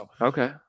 Okay